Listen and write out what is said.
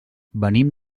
venim